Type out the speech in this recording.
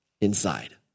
inside